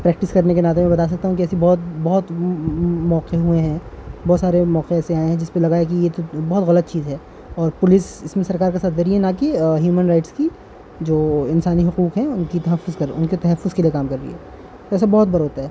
practice کرنے کے ناتے میں بتا سکتا ہوں کہ ایسی بہت بہت موقع ہوئے ہیں بہت سارے موقعے ایسے آئے ہیں جس پہ لگا ہے کہ یہ تو بہت غلط چیز ہے اور پولیس اس میں سرکار کا ساتھ دے رہی ہے نا کہ ہیومن رائٹس کی جو انسانی حقوق ہیں ان کی تحفظ کر ان کے تحفظ کے لیے کام کر رہی ہے ایسا بہت بار ہوتا ہے